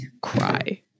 cry